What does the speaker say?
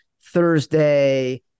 Thursday